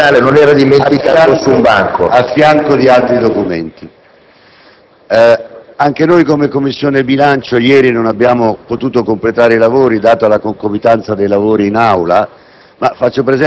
per così dire, ufficiale, non era dimenticato su un banco. BALDASSARRI *(AN)*. Era a fianco di altri documenti. Anche noi, come Commissione bilancio, ieri non abbiamo potuto completare i lavori, data la concomitanza dei lavori in Aula.